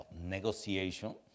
negotiation